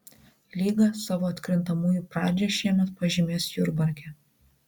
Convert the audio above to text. lyga savo atkrintamųjų pradžią šiemet pažymės jurbarke